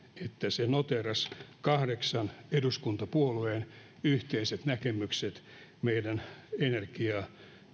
että se noteerasi kahdeksan eduskuntapuolueen yhteiset näkemykset meidän energia